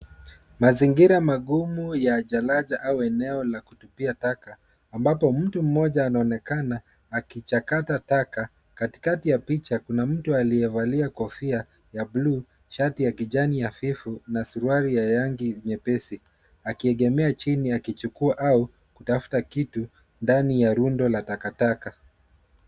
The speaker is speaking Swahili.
Mazingira magumu ya jalaja au eneo la kutupia taka ambapo mtu mmoja anaonekana akichakata taka. Katikati ya picha kuna mtu aliyevalia kofia ya bluu, shati ya kijani hafifu na suruali ya rangi nyepesi akiegemea chini akichukua au kutafuta kitu ndani ya rundo la takataka.